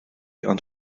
ond